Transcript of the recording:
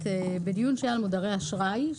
בדיון שהיה על מודרי אשראי,